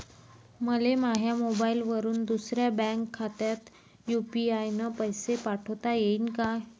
मले माह्या मोबाईलवरून दुसऱ्या बँक खात्यात यू.पी.आय न पैसे पाठोता येईन काय?